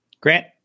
Grant